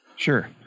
Sure